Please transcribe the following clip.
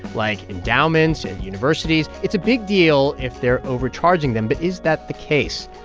like endowments and universities, it's a big deal if they're overcharging them. but is that the case?